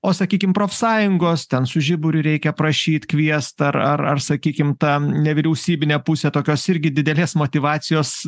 o sakykim profsąjungos ten su žiburiu reikia prašyt kviest ar ar sakykim ta nevyriausybinė pusė tokios irgi didelės motyvacijos